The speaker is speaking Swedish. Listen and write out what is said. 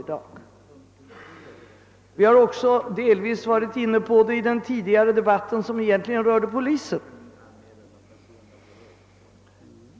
Vi har också delvis varit inne på detta under den debatt som rörde polisen.